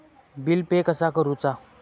Bill pay कसा करुचा?